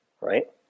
right